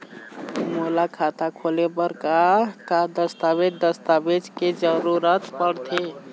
मोला खाता खोले बर का का दस्तावेज दस्तावेज के जरूरत पढ़ते?